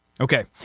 Okay